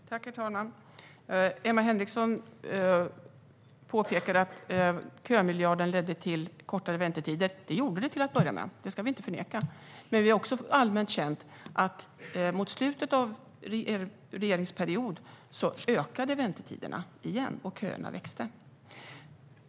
Herr talman! Emma Henriksson påpekade att kömiljarden ledde till kortare väntetider. Det gjorde den till en början, och det ska vi inte förneka. Men det är allmänt känt att mot slutet av er regeringsperiod ökade väntetiderna igen och köerna växte.